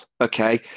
Okay